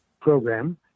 program